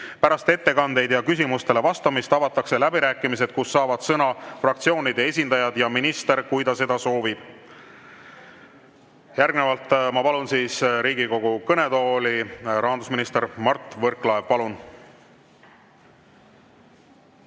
Pärast ettekandeid ja küsimustele vastamist avatakse läbirääkimised, kus saavad sõna fraktsioonide esindajad ja minister, kui ta seda soovib. Järgnevalt palun Riigikogu kõnetooli rahandusminister Mart Võrklaeva.